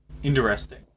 interesting